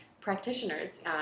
practitioners